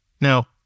Now